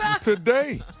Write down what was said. Today